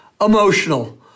emotional